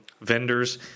vendors